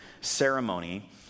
ceremony